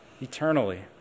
eternally